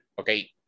okay